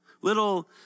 little